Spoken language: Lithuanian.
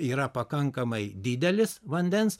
yra pakankamai didelis vandens